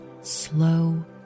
slow